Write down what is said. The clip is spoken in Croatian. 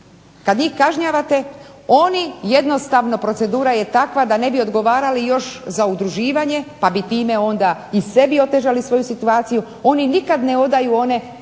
kad njih kažnjavate oni jednostavno, procedura je takva da ne bi odgovarali još za udruživanje pa bi time onda i sebi otežali svoju situaciju. Oni nikad ne odaju one